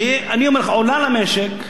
שאני אומר לך, עולה למשק מיליארדים,